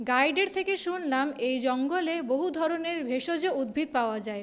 গাইডের থেকে শুনলাম এই জঙ্গলে বহু ধরনের ভেষজ উদ্ভিদ পাওয়া যায়